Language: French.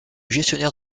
gestionnaire